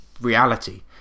reality